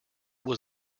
was